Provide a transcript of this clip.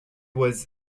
was